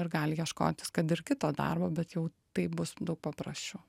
ir gali ieškotis kad ir kito darbo bet jau tai bus daug paprasčiau